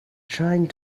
trying